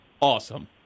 Awesome